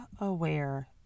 aware